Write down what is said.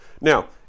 now